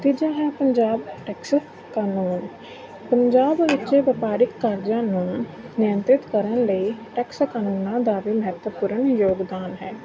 ਤੀਜਾ ਹੈ ਪੰਜਾਬ ਟੈਕਸ ਕਾਨੂੰਨ ਪੰਜਾਬ ਵਿੱਚ ਵਪਾਰਕ ਕਾਰਜਾਂ ਨੂੰ ਨਿਯੰਤਰਿਤ ਕਰਨ ਲਈ ਟੈਕਸ ਕਾਨੂੰਨਾਂ ਦਾ ਵੀ ਮਹੱਤਵਪੂਰਨ ਯੋਗਦਾਨ ਹੈ